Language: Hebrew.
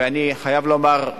ואני חייב לומר,